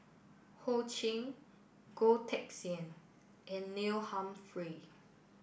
Ho Ching Goh Teck Sian and Neil Humphreys